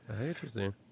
Interesting